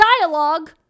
dialogue